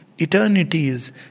eternities